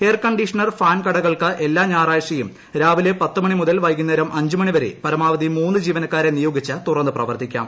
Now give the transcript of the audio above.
air conditioner fan കടകൾക്ക് എല്ലാ ഞായറാഴ്ചയും രാവിലെ പത്തു മണി മുതൽ വൈകുന്നേരം അഞ്ചു മണിവരെ പരമാവധി മൂന്ന് ജീവനക്കാട്ട്ര് നിയോഗിച്ചു തുറന്ന് പ്രവർത്തിക്കാം